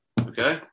okay